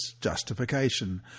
justification